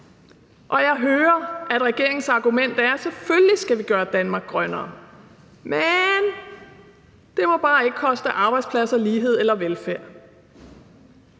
Og jeg hører, at regeringens argument er: Selvfølgelig skal vi gøre Danmark grønnere, men det må bare ikke koste arbejdspladser, lighed eller velfærd.